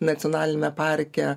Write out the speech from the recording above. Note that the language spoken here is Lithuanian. nacionaliniame parke